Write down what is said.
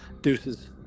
deuces